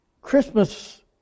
Christmas